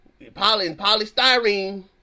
polystyrene